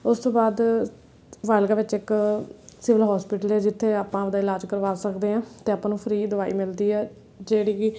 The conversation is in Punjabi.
ਉਸ ਤੋਂ ਬਾਅਦ ਫ਼ਾਜ਼ਿਲਕਾ ਵਿੱਚ ਇੱਕ ਸਿਵਲ ਹੋਸਪਿਟਲ ਆ ਜਿੱਥੇ ਆਪਾਂ ਆਪਣਾ ਇਲਾਜ ਕਰਵਾ ਸਕਦੇ ਹਾਂ ਅਤੇ ਆਪਾਂ ਨੂੰ ਫਰੀ ਦਵਾਈ ਮਿਲਦੀ ਹੈ ਜਿਹੜੀ ਕਿ